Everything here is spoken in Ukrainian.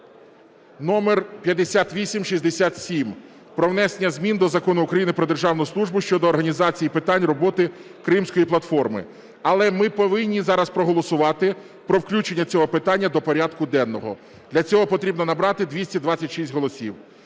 (№ 5867) про внесення змін до Закону України "Про державну службу" щодо організації питань роботи Кримської платформи. Але ми повинні зараз проголосувати про включення цього питання до порядку денного, для цього потрібно набрати 226 голосів.